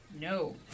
no